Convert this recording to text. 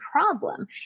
problem